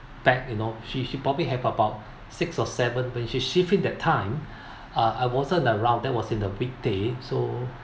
bag you know she she probably have about six or seven when she shift in that time ah I wasn't around that was in the weekday so